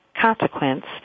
consequence